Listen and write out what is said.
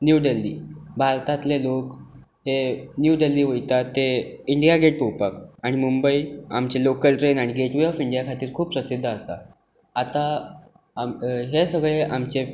new Delhi भारतांतले लोक हे न्यू देल्ली वयतात ते इंडिया गेट पळोवपाक आनी मुंबय आमची लॉकल ट्रॅन आनी गेट वे ऑफ इंडिया खातीर खूब प्रसिध्द आसा आतां हें सगळें आमचें